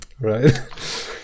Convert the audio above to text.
right